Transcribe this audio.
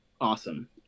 awesome